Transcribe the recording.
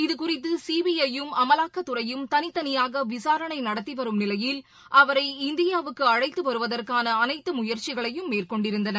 இதுகுறித்து சிபிஐயும் அமலாக்கத்துறையும் தனி தனியாக விசாரணை நடத்தி வரும் நிலையில் அவரை இந்தியாவுக்கு அழழத்து வருவதற்கான அனைத்து முயற்சிகளையும் மேற்கொண்டிருந்தன